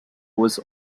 was